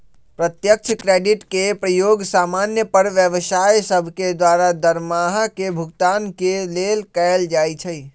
प्रत्यक्ष क्रेडिट के प्रयोग समान्य पर व्यवसाय सभके द्वारा दरमाहा के भुगतान के लेल कएल जाइ छइ